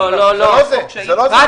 יש שני